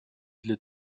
для